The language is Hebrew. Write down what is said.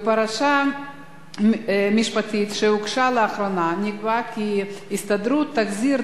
בפרשה משפטית שהוגשה לאחרונה נקבע כי ההסתדרות תחזיר